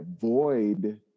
void